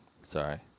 sorry